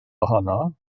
ohono